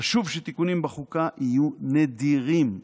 חשוב שתיקונים בחוקה יהיו נדירים.